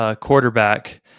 quarterback